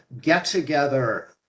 get-together